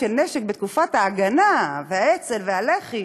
של נשק בתקופת ההגנה והאצ"ל והלח"י,